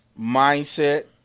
mindset